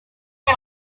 may